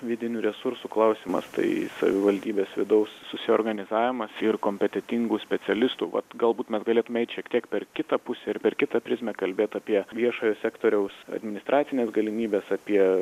vidinių resursų klausimas tai savivaldybės vidaus susiorganizavimas ir kompetentingų specialistų vat galbūt mes galėtume eit šiek tiek per kitą pusę ir per kitą prizmę kalbėt apie viešojo sektoriaus administracines galimybes apie